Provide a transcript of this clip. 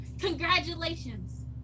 Congratulations